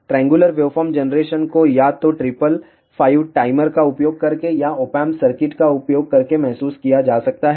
triangular waveform generation को या तो ट्रिपल फाइव टाइमर का उपयोग करके या Op amp सर्किट का उपयोग करके महसूस किया जा सकता है